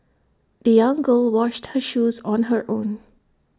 the young girl washed her shoes on her own